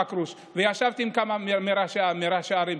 חכרוש וישבתי עם כמה מראשי הערים.